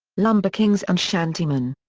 lumber kings and shantymen.